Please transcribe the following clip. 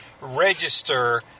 register